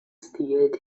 stil